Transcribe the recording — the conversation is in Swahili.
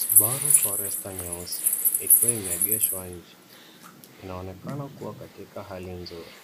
Subaru forester nyeusi, ikiwa imeegeshwa nje inaonekana kua katika hali nzuri